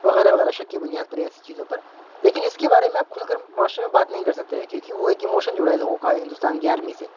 وغیرہ وغیرہ شک کی بنیاد پر یا ایسی چیزوں پر لیکن اس کے بارے میں اب کھل کر معاشرے میں بات نہیں کر سکتے ہے کیونکہ وہ ایک ایموشن جڑا ہے لوگوں کا ہندوستان کی آرمی سے